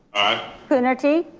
aye. coonerty,